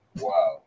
Wow